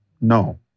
No